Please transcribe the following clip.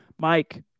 Mike